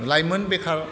लाइमोन बेखार